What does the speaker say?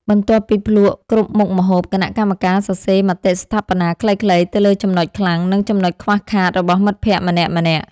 បន្ទាប់ពីភ្លក្សគ្រប់មុខម្ហូប គណៈកម្មការសរសេរមតិស្ថាបនាខ្លីៗទៅលើចំណុចខ្លាំង និងចំណុចខ្វះខាតរបស់មិត្តភក្តិម្នាក់ៗ។